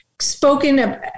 spoken